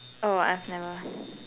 oh I've never